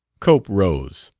cope rose.